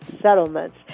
settlements